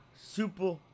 Super